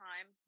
time